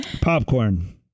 popcorn